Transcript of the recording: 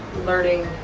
learning